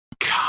God